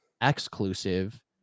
exclusive